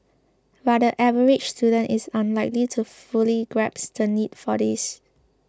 but the average student is unlikely to fully grasp the need for this